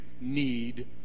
need